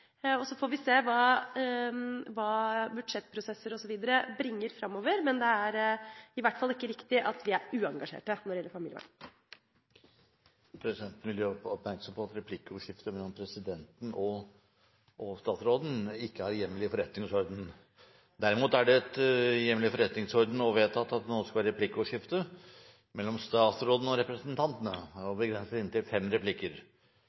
Så får vi se hva budsjettprosesser osv. bringer framover, men det er i hvert fall ikke riktig at vi er uengasjerte når det gjelder familievern. Presidenten vil gjøre oppmerksom på at replikkordskifte mellom presidenten og statsråden ikke har hjemmel i forretningsordenen. Derimot er det hjemmel i forretningsordenen for – og det er nå vedtatt – at det skal være replikkordskifte mellom statsråden og representantene. Det er begrenset til inntil fem replikker.